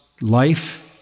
life